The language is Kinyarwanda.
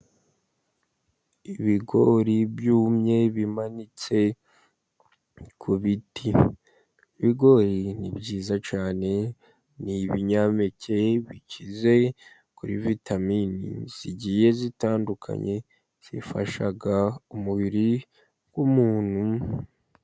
Ibigori byumye bimanitse ku biti. Ibigori ni byiza cyane, ni ibinyampeke bikize kuri vitamini zigiye zitandukanye, zifasha umubiri w'umuntu.